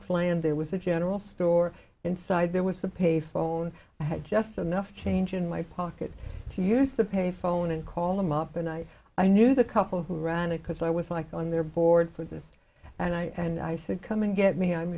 plan there was a general store inside there was a payphone i had just enough change in my pocket to use the pay phone and call them up and i i knew the couple who ran it because i was like on their board for this and i and i said come and get me i'm